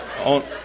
on